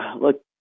look